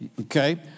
okay